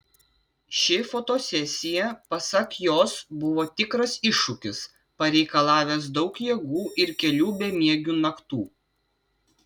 ši fotosesija pasak jos buvo tikras iššūkis pareikalavęs daug jėgų ir kelių bemiegių naktų